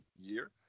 year